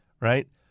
right